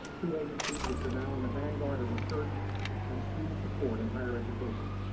two agencies which are now in the vanguard of research and student support in higher education.